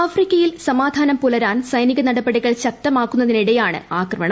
ആഫ്രിക്കയിൽ സമാധാനം പുലരാൻ സൈനിക നടപടികൾ ശക്തമാക്കുന്നതിനിടെയാണ് ആക്രമണം